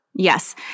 Yes